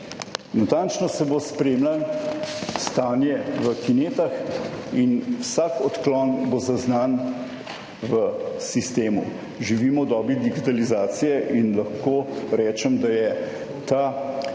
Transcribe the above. Natančno se bo spremljalo stanje v kinetah in vsak odklon bo zaznan v sistemu. Živimo v dobi digitalizacije in lahko rečem, da je ta